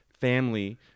family